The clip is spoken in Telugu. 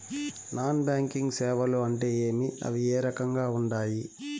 నాన్ బ్యాంకింగ్ సేవలు అంటే ఏమి అవి ఏ రకంగా ఉండాయి